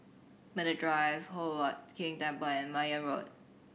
Medway Drive Hock Huat Keng Temple and Mayne Road